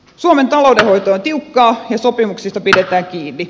suomen taloudenhoito on tiukkaa ja sopimuksista pidetään kiinni